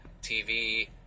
TV